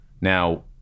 now